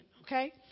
okay